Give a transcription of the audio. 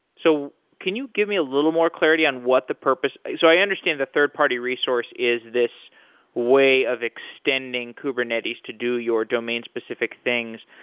so can you give me a little more clarity on what the purpose so i understand the third-party resource is this way of extending kubernetes to do your domain-specific things.